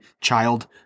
child